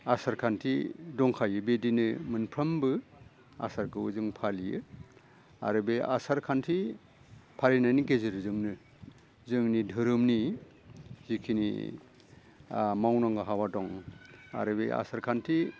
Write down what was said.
आसार खान्थि दंखायो बेदिनो मोनफ्रामबो आसारखौ जों फालियो आरो बे आसार खान्थि फालिनायनि गेजेरजोंनो जोंनि दोहोरोमनि जेखिनि मावनांगौ हाबा दं आरो बे आसार खान्थि